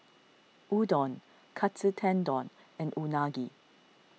Udon Katsu Tendon and Unagi